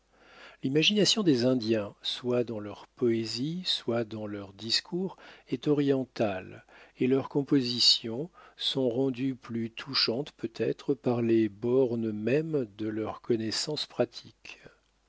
l'imagination des indiens soit dans leur poésie soit dans leurs discours est orientale et leurs compositions sont rendues plus touchantes peut-être par les bornes mêmes de leurs connaissances pratiques